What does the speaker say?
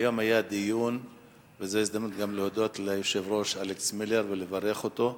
היום היה דיון וזו הזדמנות גם להודות ליושב-ראש אלכס מילר ולברך אותו,